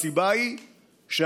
הסיבה היא שהכנסת,